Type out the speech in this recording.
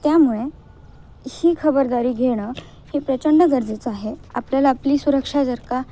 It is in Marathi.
त्यामुळे ही खबरदारी घेणं हे प्रचंड गरजेचं आहे आपल्याला आपली सुरक्षा जर का